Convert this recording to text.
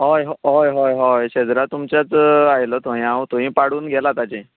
होय होय होय होय शेजरां तुमच्याच आयलो थंय हांव थंय पाडून गेलां ताचें